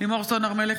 לימור סון הר מלך,